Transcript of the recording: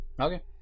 Okay